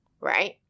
right